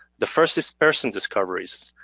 the first is person discoveries.